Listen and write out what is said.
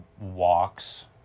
walks